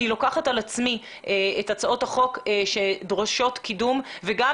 אני לוקחת על עצמי את הצעות החוק שדורשות קידום וגם